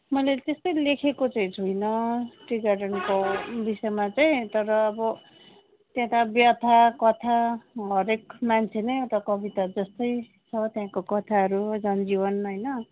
मैले त्यस्तै लेखेको चाहिँ छुइनँ टी गार्डनको विषयमा चाहिँ तर अब त्यता व्यथा कथा हरेक मान्छे नै एउटा कविता जस्तै छ त्यहाँको कथाहरू जनजीवन होइन